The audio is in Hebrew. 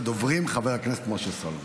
ביניהם חבריי נעמה לזימי וינון אזולאי,